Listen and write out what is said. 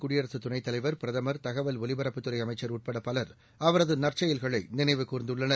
குடியரசுத் துணைத் தலைவர் பிரதமர் தகவல் ஒலிபரப்புத்துறைஅமைச்சர் உட்படபவர் அவரதுநற்செயல்களைநினைவு கூர்ந்துள்ளனர்